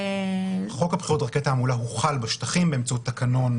חוק הבחירות (דרכי תעמולה) הוחל בשטחים באמצעות תקנון